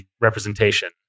representation